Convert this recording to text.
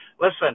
Listen